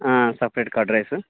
separate curd rice